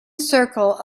circle